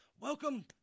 Welcome